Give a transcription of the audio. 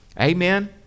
Amen